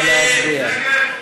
נא להצביע.